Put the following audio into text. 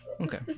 Okay